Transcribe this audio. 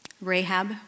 Rahab